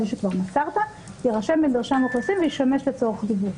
שכבר מסרת יירשם במרשם האוכלוסין וישמש לצורך דיוור.